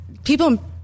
People